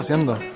and.